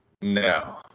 No